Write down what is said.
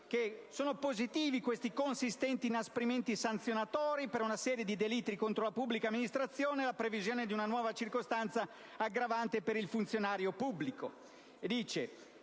ritenendo positivi i consistenti inasprimenti sanzionatori per una serie di delitti contro la pubblica amministrazione e la previsione di una nuova circostanza aggravante per il funzionario pubblico.